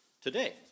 today